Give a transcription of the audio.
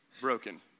broken